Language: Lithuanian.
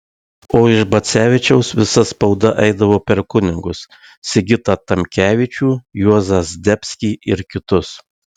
o iš bacevičiaus visa spauda eidavo per kunigus sigitą tamkevičių juozą zdebskį ir kitus